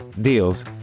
deals